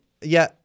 yeah-